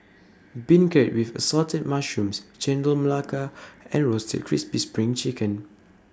Beancurd with Assorted Mushrooms Chendol Melaka and Roasted Crispy SPRING Chicken